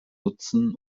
nutzen